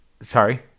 Sorry